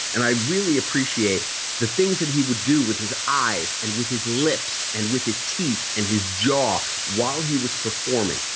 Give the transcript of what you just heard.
and i really appreciate the things that he would do with his eyes and with his lips and with his teeth and his jaw while he was performing.